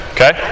Okay